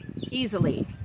easily